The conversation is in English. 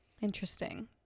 Interesting